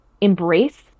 embrace